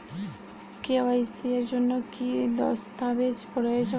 KYC এর জন্যে কি কি দস্তাবেজ প্রয়োজন?